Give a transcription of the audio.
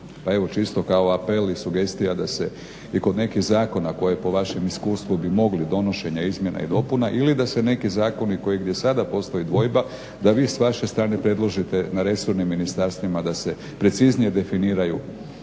Pa evo čisto kao apel i sugestija da se i kod nekih zakona koje po vašem iskustvu bi mogli donošenja izmjena i dopuna. Ili da se neki zakoni koji gdje sada postoji dvojba da vi s vaše strane predložite na resornim ministarstvima da se preciznije definiraju